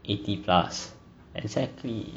eighty plus exactly